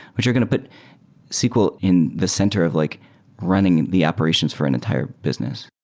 which are going to put sql in the center of like running the operations for an entire business.